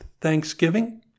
Thanksgiving